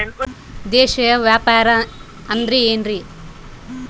ದೇಶೇಯ ವ್ಯಾಪಾರ ಅಂದ್ರೆ ಏನ್ರಿ?